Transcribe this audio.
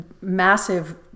massive